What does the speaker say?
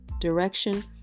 direction